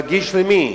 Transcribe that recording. רגיש למי?